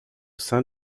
sein